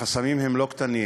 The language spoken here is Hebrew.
החסמים הם לא קטנים,